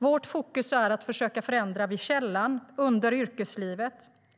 Vårt fokus är att försöka förändra vid källan, under yrkeslivet.